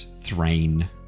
Thrain